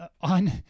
on